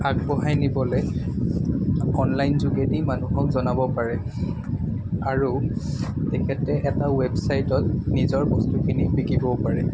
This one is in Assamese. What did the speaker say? আগবঢ়াই নিবলৈ অনলাইন যোগেদি মানুহক জনাব পাৰে আৰু তেখেতে এটা ৱেবছাইটত নিজৰ বস্তুখিনি বিকিবও পাৰে